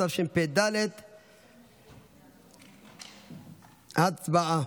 התשפ"ד 2023. הצבעה.